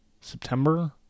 September